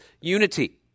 unity